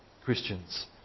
Christians